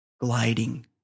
gliding